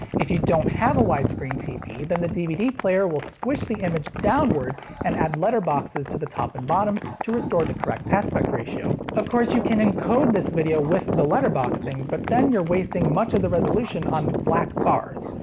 if you don't have a widescreen tv, then the dvd player will squish the image downward and add letterboxes to the top and bottom to restore the correct aspect ratio. of course you can encode the video with the letterboxing, but then you're wasting much of the resolution on black bars.